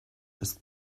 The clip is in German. ist